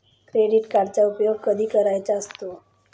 Credit कार्डचा उपयोग कधी करायचा असतो?